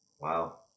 Wow